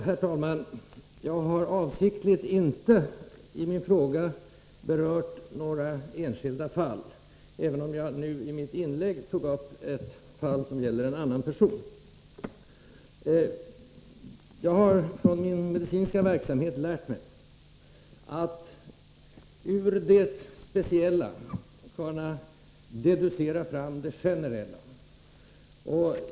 Herr talman! Jag har avsiktligt inte i min fråga berört några enskilda fall, även om jag nu i mitt inlägg tog upp ett fall som gällde en annan person. Jag 131 har i min medicinska verksamhet lärt mig att ur det speciella kunna deducera fram det generella.